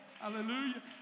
hallelujah